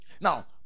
now